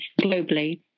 globally